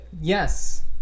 Yes